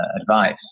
advice